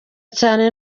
cyane